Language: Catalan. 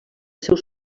seus